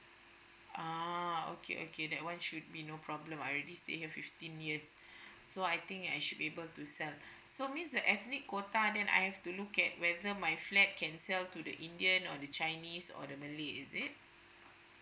ah okay okay that one should be no problem I already stay here fifteen years so I think I should be able to sell so means the ethnic quota then I've to look at whether my flat can sell to the indian or the chinese or the malay is it